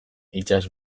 itsas